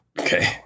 Okay